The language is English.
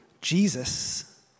Jesus